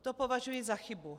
To považuji za chybu.